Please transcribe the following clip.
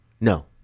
No